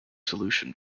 solution